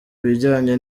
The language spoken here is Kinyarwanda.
bijyanye